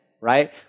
right